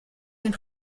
den